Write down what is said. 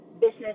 business